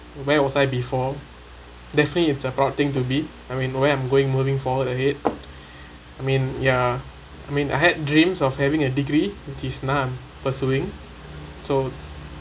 where was I before definitely it's a proud thing to be I mean where I'm going moving forward ahead I mean ya I mean I had dreams of having a degree which is now I'm pursuing so